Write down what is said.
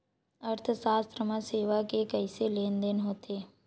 अर्थशास्त्र मा सेवा के कइसे लेनदेन होथे?